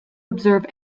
observe